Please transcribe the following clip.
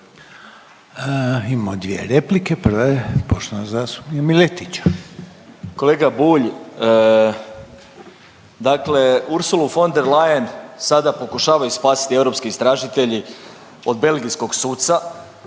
Imamo dvije replike, prva je poštovanog zastupnika Miletića. **Miletić, Marin (MOST)** Kolega Bulj, dakle Ursulu von der Leyen sada pokušavaju spasiti europski istražitelji od belgijskog suca